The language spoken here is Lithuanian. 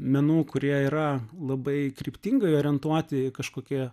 menų kurie yra labai kryptingai orientuoti kažkokie